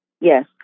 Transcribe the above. Yes